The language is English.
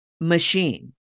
machine